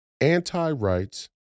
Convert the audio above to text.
anti-rights